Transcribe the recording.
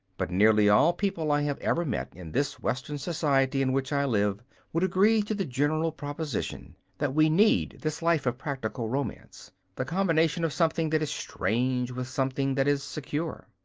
but nearly all people i have ever met in this western society in which i live would agree to the general proposition that we need this life of practical romance the combination of something that is strange with something that is secure.